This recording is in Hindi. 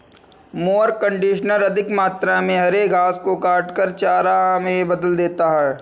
मोअर कन्डिशनर अधिक मात्रा में हरे घास को काटकर चारा में बदल देता है